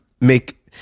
make